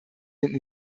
den